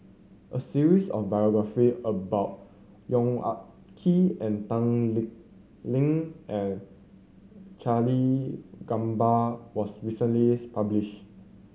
a series of biographies about Yong Ah Kee and Tan Lee Leng and Charlie Gamba was recently published